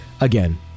again